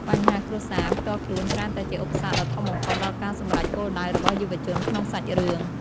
បញ្ហាគ្រួសារ ផ្ទាល់ខ្លួនច្រើនតែជាឧបសគ្គដ៏ធំបំផុតដល់ការសម្រេចគោលដៅរបស់យុវជនក្នុងសាច់រឿង។